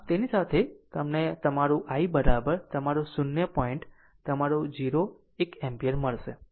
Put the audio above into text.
આમ તેની સાથે તમને તમારું i તમારું 0 પોઇન્ટ તમારું 0 1 એમ્પીયર મળશે